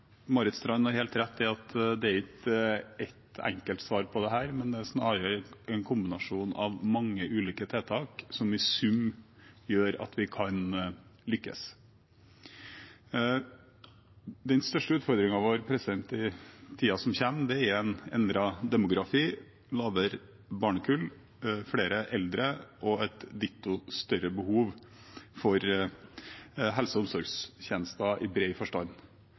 Marit Knutsdatter Strand har helt rett i at det ikke er ett enkelt svar på dette, men snarere en kombinasjon av mange ulike tiltak som i sum gjør at vi kan lykkes. Den største utfordringen vår i tiden som kommer, er en endret demografi, mindre barnekull, flere eldre og et ditto større behov for helse- og omsorgstjenester i bred forstand.